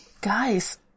Guys